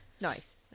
Nice